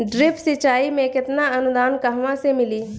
Drip सिंचाई मे केतना अनुदान कहवा से मिली?